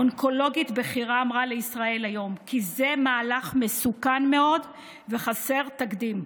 "אונקולוגית בכירה אמרה לישראל היום כי 'זה מהלך מסוכן מאוד וחסר תקדים.